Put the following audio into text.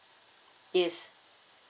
yes